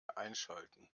einschalten